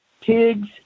pigs